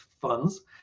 funds